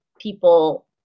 people